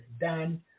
done